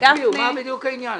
מה בדיוק העניין?